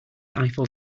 eiffel